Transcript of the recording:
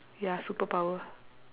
ya superpower